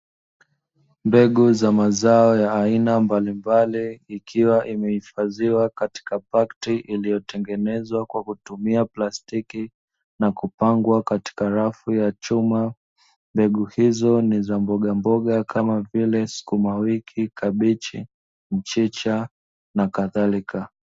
Mbegu za mazao ya aina mbalimbali, ikiwa imehifadhiwa katika pakiti iliyotengenezwa kwa kutumia plastiki, na kupangwa katika rafu ya chuma, mbegu hizo ni za mbogamboga kama vile; sukuma wiki, kabichi, mchicha na kadhalika.